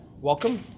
Welcome